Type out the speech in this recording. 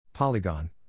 Polygon